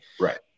Right